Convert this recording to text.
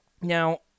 Now